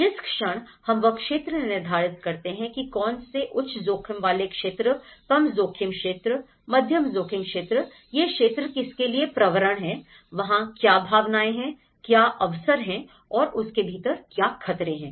जिस क्षण हम वह क्षेत्र निर्धारित करते हैं कि कौन से उच्च जोखिम वाले क्षेत्र कम जोखिम क्षेत्र मध्यम जोखिम क्षेत्र यह क्षेत्र किसके लिए प्रवण हैं वहां क्या संभावनाएं हैं क्या अवसर हैं और उसके भीतर क्या खतरे हैं